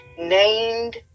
named